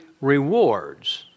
rewards